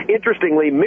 Interestingly